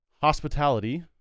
Hospitality